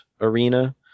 arena